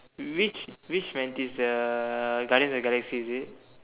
which which Mantis the guardians of the Galaxy is it